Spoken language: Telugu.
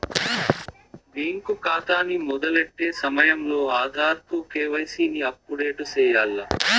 బ్యేంకు కాతాని మొదలెట్టే సమయంలో ఆధార్ తో కేవైసీని అప్పుడేటు సెయ్యాల్ల